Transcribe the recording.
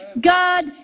God